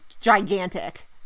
gigantic